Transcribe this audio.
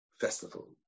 festival